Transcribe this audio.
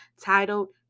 titled